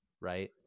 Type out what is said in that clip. right